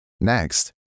Next